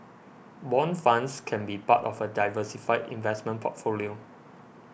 bond funds can be part of a diversified investment portfolio